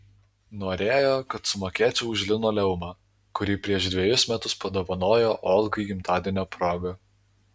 norėjo kad sumokėčiau už linoleumą kurį prieš dvejus metus padovanojo olgai gimtadienio proga